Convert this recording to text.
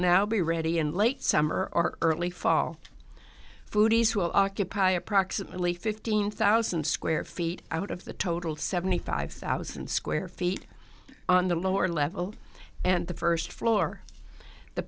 now be ready in late summer or early fall foodies will occupy approximately fifteen thousand square feet out of the total seventy five thousand square feet on the lower level and the first floor the